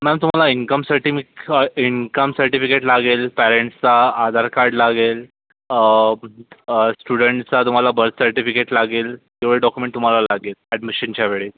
ma'am तुम्हाला income सर्टिमिक income certificate लागेल पॅरेंट्सचा आधार कार्ड लागेल स्टुडंटचा तुम्हाला बर्थ सर्टिफिकेट लागेल एवढे डॉक्युमेंट तुम्हाला लागेल ॲडमिशनच्या वेळी